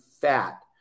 fat